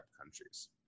countries